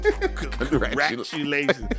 congratulations